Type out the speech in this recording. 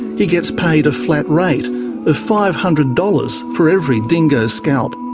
he gets paid a flat rate of five hundred dollars for every dingo scalp.